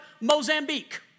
Mozambique